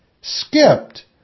skipped